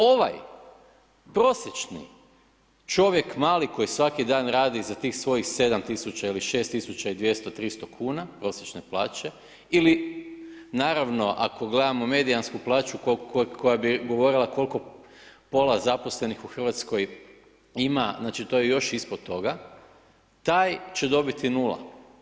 Ovaj prosječni čovjek mali koji svaki dan radi za tih svojih 7 tisuća ili 6 tisuća i 200, 300 kuna prosječne plaće ili naravno ako gledamo mediansku plaću koja bi govorila koliko pola zaposlenih u Hrvatskoj ima, znači to je još ispod toga, taj će dobiti nula.